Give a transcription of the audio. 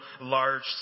large